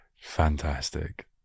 fantastic